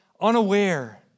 unaware